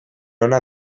ona